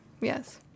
yes